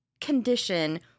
condition